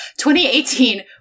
2018